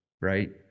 right